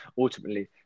ultimately